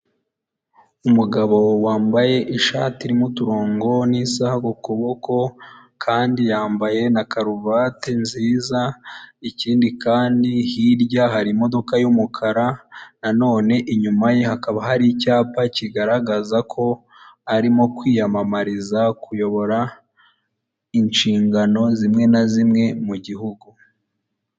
Umugabo wambaye ishati irimo uturongo n'isaha kuboko kandi yambaye na karuvati nziza, ikindi kandi hirya hari imodoka y'umukara na none inyuma ye hakaba hari icyapa kigaragaza ko arimo kwiyamamariza kuyobora inshingano zimwe na zimwe mu gihugu.